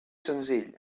senzill